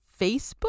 Facebook